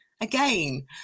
again